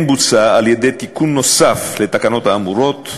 כן הוצע, על-ידי תיקון נוסף לתקנות האמורות,